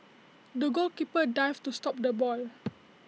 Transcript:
the goalkeeper dived to stop the ball